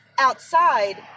outside